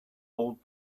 old